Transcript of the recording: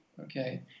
okay